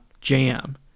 jam